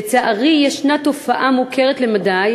לצערי, ישנה תופעה מוכרת למדי